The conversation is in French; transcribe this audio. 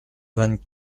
vingt